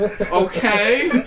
Okay